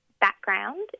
background